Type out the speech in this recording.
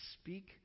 speak